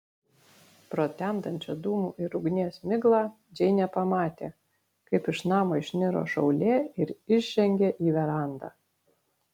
pro temdančią dūmų ir ugnies miglą džeinė pamatė kaip iš namo išniro šaulė ir išžengė į verandą